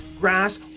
grass